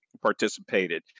participated